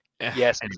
Yes